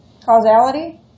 Causality